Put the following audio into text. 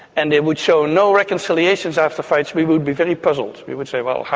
and it would show no reconciliations after fights, we would be very puzzled, we would say, well,